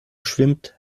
schwimmt